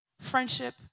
Friendship